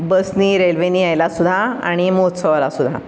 बसने रेल्वेने यायला सुद्धा आणि महोत्सवाला सुद्धा